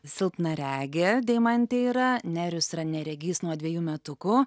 silpnaregė deimantė yra nerijus yra neregys nuo dvejų metukų